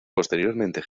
posteriormente